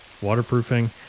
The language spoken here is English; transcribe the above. waterproofing